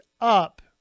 up